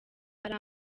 hari